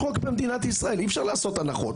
אי אפשר לעשות הנחות.